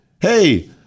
Hey